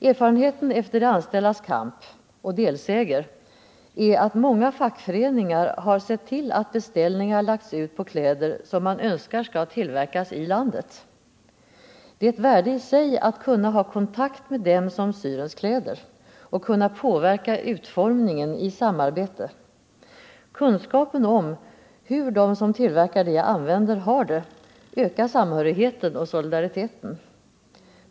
Erfarenheten efter de anställdas kamp och delseger är att många fackföreningar har sett till att beställningar lagts ut på kläder som man önskar skall tillverkas inom landet. Det är ett värde i sig att kunna ha kontakt med dem som syr ens kläder och kunna påverka utformningen i samarbete. Kunskapen om hur de har det som tillverkar det jag använder ökar samhörigheten och solidariteten.